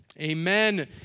Amen